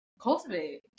cultivate